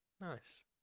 Nice